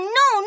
no